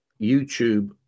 YouTube